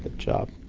but job.